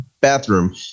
bathroom